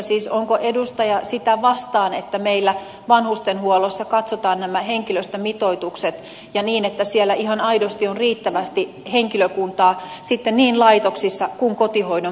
siis onko edustaja sitä vastaan että meillä vanhustenhuollossa katsotaan nämä henkilöstömitoitukset ja niin että siellä ihan aidosti on riittävästi henkilökuntaa sitten niin laitoksissa kuin kotihoidon puolella